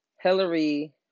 Hillary